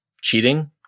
cheating